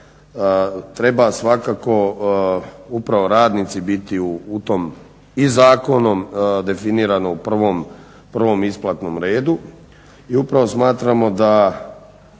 treba svakako upravo radnici biti u tom i zakonom definiranom prvom isplatnom redu. I upravo smatramo da